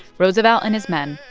roosevelt and his men,